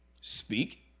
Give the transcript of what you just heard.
speak